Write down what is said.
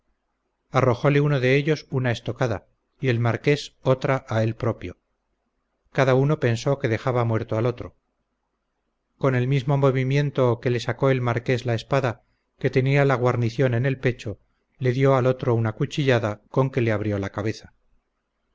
arrojóle uno de ellos una estocada y el marqués otra a él propio cada uno pensó que dejaba muerto al otro con el mismo movimiento que le sacó el marqués la espada que tenía la guarnición en el pecho le dió al otro una cuchillada con que le abrió la cabeza